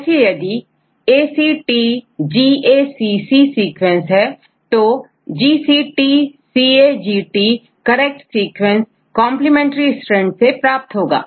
जैसे यदि मैंACTGACC सीक्वेंस दो तोGCTCAGT करेक्ट सीक्वेंस कंप्लीमेंट्री strand में प्राप्त होगा